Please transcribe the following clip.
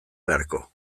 beharko